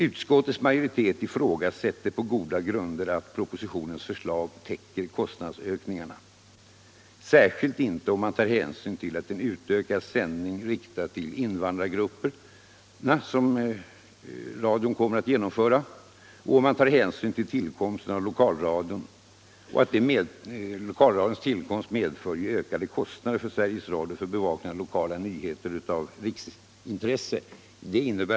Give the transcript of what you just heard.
Utskottets majoriteter ifrågasätter på goda grunder att den i propositionen föreslagna anslagsökningen täcker kostnadsökningarna, i synnerhet om man tar hänsyn till den ökning av tiden för sändningar till invandrargrupper som radion kommer att genomföra och dessutom tillkomsten av lokalradion — den medför ju ökade kostnader för Sveriges Radio för bevakning av lokalnyheter av riksintresse.